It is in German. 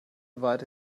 weiter